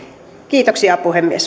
kiitoksia puhemies yhteispalvelulain